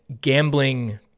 gambling